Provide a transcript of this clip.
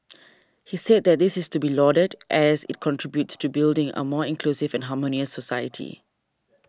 he said that this is to be lauded as it contributes to building a more inclusive and harmonious society